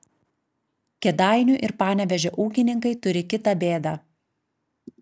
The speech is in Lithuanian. kėdainių ir panevėžio ūkininkai turi kitą bėdą